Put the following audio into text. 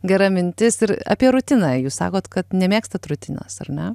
gera mintis ir apie rutiną jūs sakot kad nemėgstat rutinos ar ne